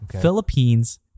philippines